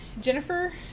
jennifer